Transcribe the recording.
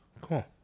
Cool